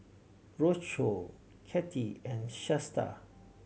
Roscoe Cathie and Shasta